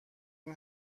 این